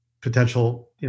potential